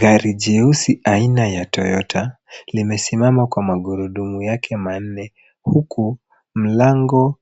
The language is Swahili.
Gari jeusi aina ya toyota limesimama kwa magurudumu yake manne huku mlango